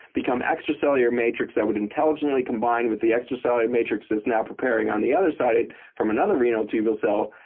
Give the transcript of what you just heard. become extracellular matrix that would intelligently combine with the extracellular matrix it's now preparing on the other side from another renal tubule cell,